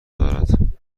دارد